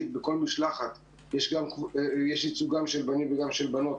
בכל משלחת יש תמיד ייצוג גם של בנים וגם של בנות